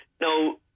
Now